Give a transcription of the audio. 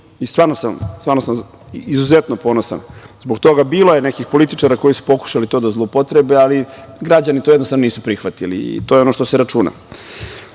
Stvarno sam izuzetno ponosan zbog toga. Bilo je nekih političara koji su pokušali to da zloupotrebe, ali građani to jednostavno nisu prihvatili i to je ono što se računa. Sva